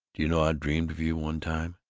you know i dreamed of you, one time!